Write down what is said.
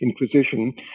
Inquisition